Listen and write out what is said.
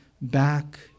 back